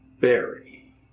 Barry